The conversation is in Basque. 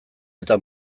eta